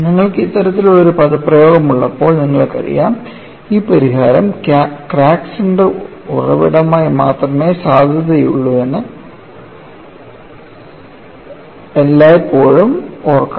നിങ്ങൾക്ക് ഇത്തരത്തിലുള്ള ഒരു പദപ്രയോഗം ഉള്ളപ്പോൾ ഈ പരിഹാരം ക്രാക്ക് സെൻറർ ഉറവിടമായി മാത്രമേ സാധുതയുള്ളൂവെന്ന് നിങ്ങൾ എല്ലായ്പ്പോഴും ഓർക്കണം